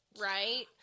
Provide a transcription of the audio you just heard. right